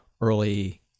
early